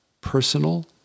personal